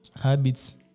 habits